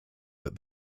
that